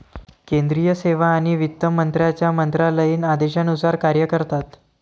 केंद्रीय सेवा आणि वित्त मंत्र्यांच्या मंत्रालयीन आदेशानुसार कार्य करतात